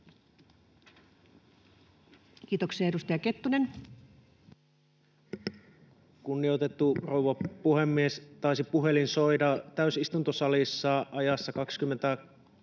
Time: 23:30 Content: Kunnioitettu rouva puhemies! Taisi puhelin soida täysistuntosalissa ajassa